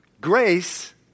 Grace